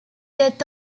death